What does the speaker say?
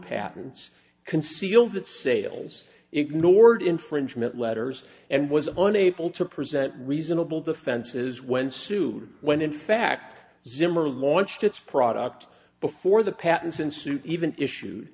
patents concealed that sales ignored infringement letters and was unable to present reasonable defenses when sued when in fact zimmer launched its product before the patents in suit even issued